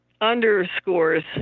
underscores